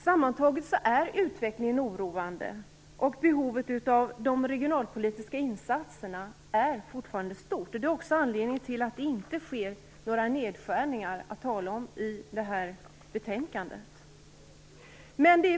Sammantaget är utvecklingen oroande, och behovet av de regionalpolitiska insatserna är fortsatt stort. Det är också anledningen till att det inte sker några nedskärningar att tala om i detta betänkande.